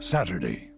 Saturday